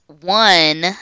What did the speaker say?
one